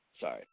Sorry